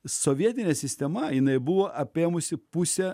sovietinė sistema jinai buvo apėmusi pusę